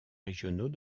régionaux